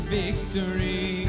victory